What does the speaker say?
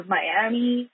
Miami